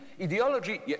ideology